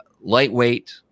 lightweight